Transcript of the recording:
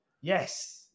Yes